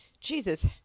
Jesus